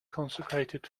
consecrated